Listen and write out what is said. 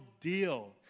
deal